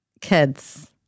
kids